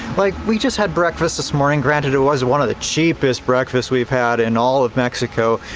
like we just had breakfast this morning, granted it was one of the cheapest breakfasts we've had in all of mexico,